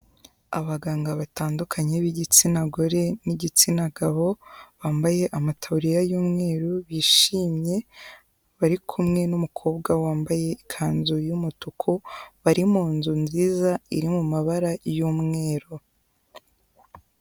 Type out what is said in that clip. Abaganga batandukanye b'igitsina gore n'igitsina gabo, bambaye amataburiya y'umweru bishimye, bari kumwe n'umukobwa wambaye ikanzu y'umutuku, bari mu nzu nziza iri mu mabara y'umweru.